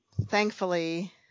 thankfully